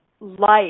life